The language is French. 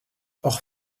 hors